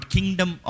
Kingdom